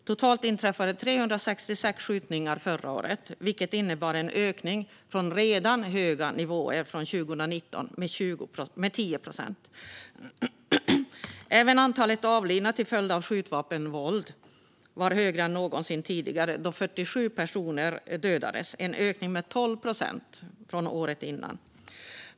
Totalt inträffade 366 skjutningar förra året, vilket innebar en ökning - från redan höga nivåer - från 2019 med 10 procent. Även antalet avlidna till följd av skjutvapenvåld var högre än någonsin tidigare då 47 personer dödades, en ökning med 12 procent från året innan.